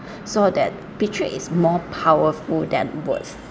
so that picture is more powerful than words